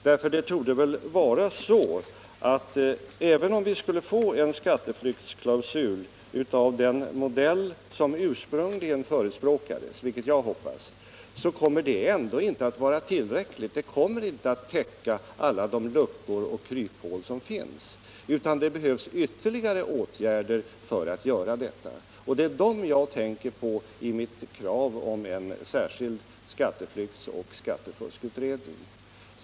Det torde väl vara på det sättet, att även om vi skulle få en skatteflyktsklausul av den modell som ursprungligen förespråkades, vilket jag hoppas, så kommer den ändå inte att vara tillräcklig. Den kommer inte att täcka alla de luckor och kryphål som finns. Det behövs ytterligare åtgärder för att göra detta. Det är dem jag tänker på i mitt krav om en särskild skatteflyktsoch skattefuskutredning.